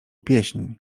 pieśń